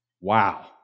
Wow